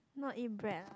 not eat bread lah